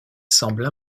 semble